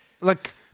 Look